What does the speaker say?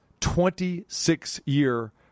26-year